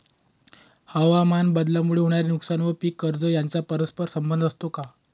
हवामानबदलामुळे होणारे नुकसान व पीक कर्ज यांचा परस्पर संबंध असतो का?